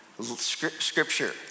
Scripture